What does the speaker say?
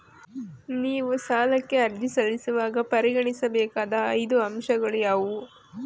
ನೀವು ಸಾಲಕ್ಕೆ ಅರ್ಜಿ ಸಲ್ಲಿಸುವಾಗ ಪರಿಗಣಿಸಬೇಕಾದ ಐದು ಅಂಶಗಳು ಯಾವುವು?